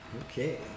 Okay